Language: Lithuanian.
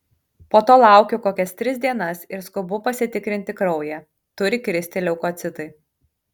po to laukiu kokias tris dienas ir skubu pasitikrinti kraują turi kristi leukocitai